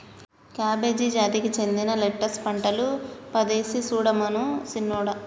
cabbage జాతికి సెందిన lettuce పంటలు పదేసి సుడమను సిన్నోడా